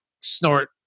snort